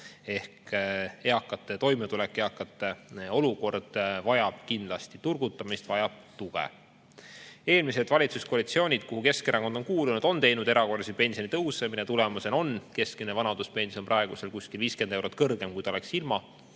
Eakate toimetulek ja eakate olukord vajavad kindlasti turgutamist, vajavad tuge. Eelmised valitsuskoalitsioonid, kuhu Keskerakond on kuulunud, on teinud erakorralisi pensionitõuse, mille tulemusena on keskmine vanaduspension praegu 50 eurot kõrgem, kui ta oleks ilma